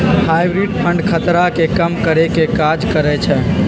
hybrid fund खतरा के कम करेके काज करइ छइ